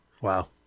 Wow